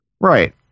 right